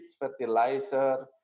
fertilizer